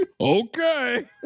Okay